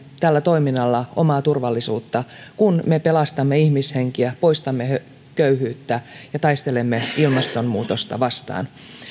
tällä toiminnalla omaa turvallisuutta kun me pelastamme ihmishenkiä poistamme köyhyyttä ja taistelemme ilmastonmuutosta vastaan